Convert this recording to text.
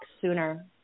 sooner